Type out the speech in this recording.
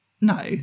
no